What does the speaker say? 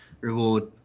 reward